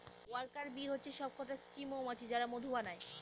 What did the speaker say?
worker bee হচ্ছে সবকটা স্ত্রী মৌমাছি যারা মধু বানায়